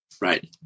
right